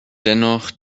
dennoch